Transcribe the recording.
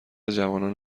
جوان